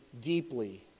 deeply